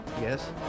Yes